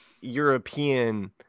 European